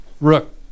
Rook